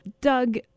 Doug